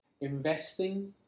investing